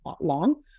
long